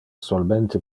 solmente